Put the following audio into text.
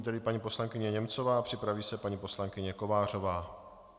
Nyní tedy paní poslankyně Němcová, připraví se paní poslankyně Kovářová.